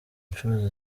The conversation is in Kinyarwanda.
incuro